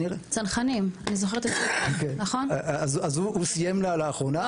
הוא סיים לאחרונה,